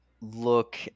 look